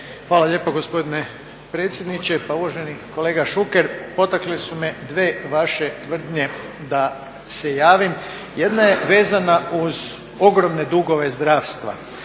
Hvala lijepa gospodine predsjedniče. Pa uvaženi kolega Šuker, potakle su me dvije vaše tvrdnje da se javim. Jedna je vezana uz ogromne dugove zdravstva.